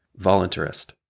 Voluntarist